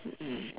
mm